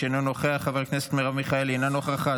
חבר הכנסת יואב סגלוביץ' אינו נוכח,